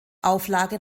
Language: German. auflage